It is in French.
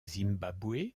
zimbabwe